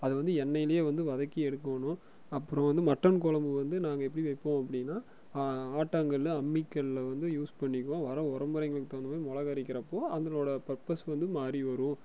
அது வந்து எண்ணெயில் வந்து வதக்கி எடுக்கணும் அப்புறம் வந்து மட்டன் குழம்பு வந்து நாங்கள் எப்படி வைப்போம் அப்படின்னா ஆட்டாங்கல் அம்மிக்கல்லை வந்து யூஸ் பண்ணிக்குவோம் வர உறமுறைங்களுக்கு தகுந்த மாதிரி முளகரைக்கறப்போ அதனோட பர்பஸ் வந்து மாறி வரும்